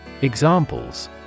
Examples